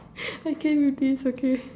I came with this okay